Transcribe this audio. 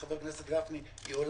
חבר הכנסת גפני, אני לא יודע אם היא עולה